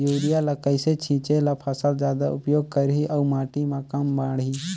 Urea ल कइसे छीचे ल फसल जादा उपयोग करही अउ माटी म कम माढ़ही?